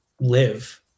live